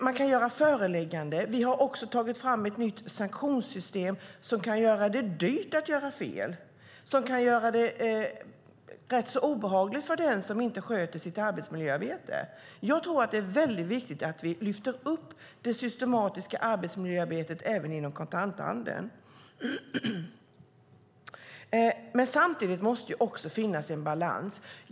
Man kan göra förelägganden. Vi har också tagit fram ett nytt sanktionssystem som kan göra det dyrt att göra fel, som kan göra det rätt obehagligt för den som inte sköter sitt arbetsmiljöarbete. Jag tror att det är väldigt viktigt att vi lyfter upp det systematiska arbetsmiljöarbetet även inom kontanthandeln. Samtidigt måste det också finnas en balans.